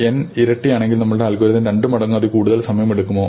N ഇരട്ടിയാണെങ്കിൽ നമ്മളുടെ algorithm രണ്ട് മടങ്ങോ അതിൽ കൂടുതലോ സമയം എടുക്കുമോ